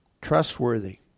trustworthy